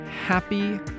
happy